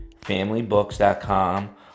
familybooks.com